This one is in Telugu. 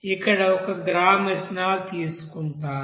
ఇక్కడ 1 గ్రాము ఇథనాల్ తీసుకుంటారు